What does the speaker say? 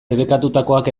debekatutakoak